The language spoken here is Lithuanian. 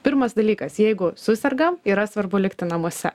pirmas dalykas jeigu susergam yra svarbu likti namuose